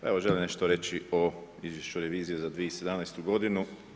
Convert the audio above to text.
Evo, želim nešto reći o izvješću revizije za 2017. godinu.